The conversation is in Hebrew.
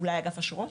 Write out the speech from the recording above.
אולי אגף אשרות?